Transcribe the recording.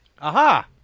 Aha